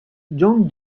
john